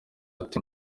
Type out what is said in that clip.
ati